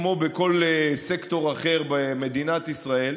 כמו בכל סקטור אחר במדינת ישראל,